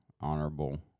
honorable